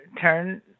turn